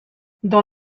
dans